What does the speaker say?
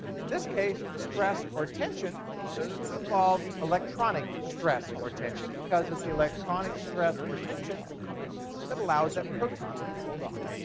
in this case, the stress or tension involves electronic stress or tension because it's the electronic stress or tension that allows that proton to be pulled off.